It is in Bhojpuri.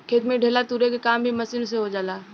खेत में ढेला तुरे के काम भी मशीन से हो जाला